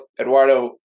Eduardo